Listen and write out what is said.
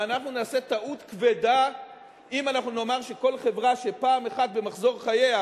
ואנחנו נעשה טעות כבדה אם אנחנו נאמר שכל חברה שפעם אחת במחזור חייה,